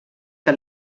que